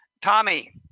tommy